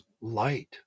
light